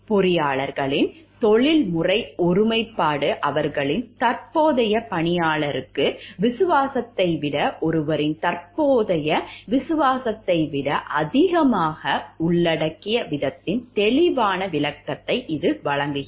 பொறியாளர்களின் தொழில்முறை ஒருமைப்பாடு அவர்களின் தற்போதைய பணியாளருக்கு விசுவாசத்தை விட ஒருவரின் தற்போதைய விசுவாசத்தை விட அதிகமாக உள்ளடக்கிய விதத்தின் தெளிவான விளக்கத்தை இது வழங்குகிறது